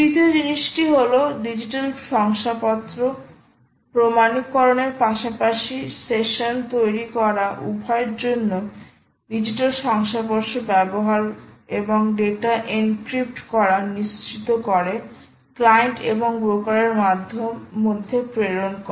তৃতীয় জিনিস হল ডিজিটাল শংসাপত্র প্রমাণীকরণের পাশাপাশি পাশাপাশি সেশন তৈরি করা উভয়ের জন্য ডিজিটাল শংসাপত্র ব্যবহার এবং ডেটা এনক্রিপ্ট করা নিশ্চিত করে ক্লায়েন্ট এবং ব্রোকার এর মধ্যে প্রেরণ করা